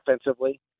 offensively